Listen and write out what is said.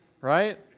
Right